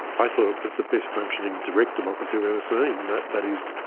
i thought it was the best functioning direct democracy i've ever seen. that that is,